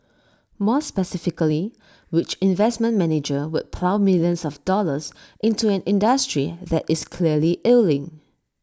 more specifically which investment manager would plough millions of dollars into an industry that is clearly ailing